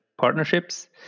partnerships